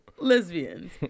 lesbians